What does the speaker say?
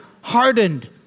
hardened